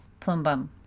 plumbum